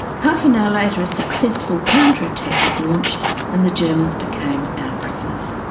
half an hour later a successful counter attack was launched and the germans became our prisoners.